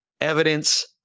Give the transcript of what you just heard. evidence